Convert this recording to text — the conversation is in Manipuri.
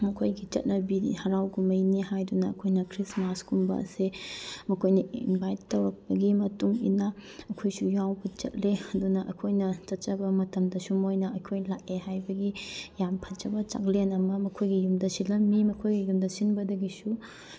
ꯃꯈꯣꯏꯒꯤ ꯆꯠꯅꯕꯤꯅꯤ ꯍꯔꯥꯎ ꯀꯨꯝꯍꯩꯅꯤ ꯍꯥꯏꯗꯨꯅ ꯑꯩꯈꯣꯏꯅ ꯈ꯭ꯔꯤꯁꯃꯥꯁꯀꯨꯝꯕ ꯑꯁꯦ ꯃꯈꯣꯏꯅ ꯏꯟꯚꯥꯏꯠ ꯇꯧꯔꯛꯄꯒꯤ ꯃꯇꯨꯡ ꯏꯟꯅ ꯑꯩꯈꯣꯏꯁꯨ ꯌꯥꯎꯕ ꯆꯠꯂꯦ ꯑꯗꯨꯅ ꯑꯩꯈꯣꯏꯅ ꯆꯠꯆꯕ ꯃꯇꯝꯗꯁꯨ ꯃꯣꯏꯅ ꯑꯩꯈꯣꯏ ꯂꯥꯛꯑꯦ ꯍꯥꯏꯕꯒꯤ ꯌꯥꯝ ꯐꯖꯕ ꯆꯥꯛꯂꯦꯟ ꯑꯃ ꯃꯈꯣꯏꯒꯤ ꯌꯨꯝꯗ ꯁꯤꯜꯂꯝꯃꯤ ꯃꯉꯣꯏꯒꯤ ꯌꯨꯝꯗ ꯁꯤꯟꯕꯗꯒꯤꯁꯨ